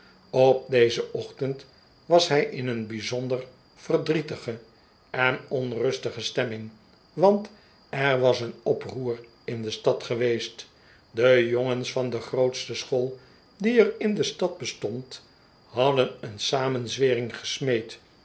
op dezen ochtend was hij in een bijzonder verdrietige en onrustige stemming want er was een oproer in de stad geweest de jongens van de grootste school die er in de stad bestond hadden een samenzwering gesmeed